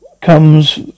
comes